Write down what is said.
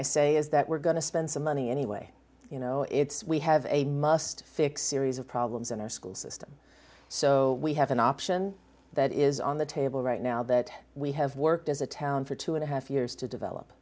i say is that we're going to spend some money anyway you know it's we have a must fix series of problems in our school system so we have an option that is on the table right now that we have worked as a town for two and a half years to develop